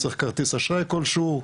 צריך כרטיס אשראי כלשהו,